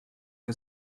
que